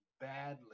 badly